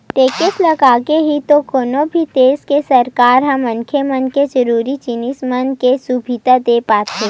tax लगाके ही तो कोनो भी देस के सरकार ह मनखे मन के जरुरी जिनिस मन के सुबिधा देय पाथे